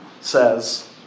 says